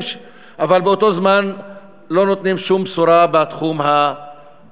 אבל באותו זמן לא נותנים שום בשורה בתחום החברתי.